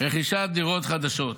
רכישת דירות חדשות,